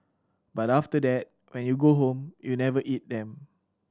but after that when you go home you never eat them